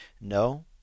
no